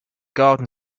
garden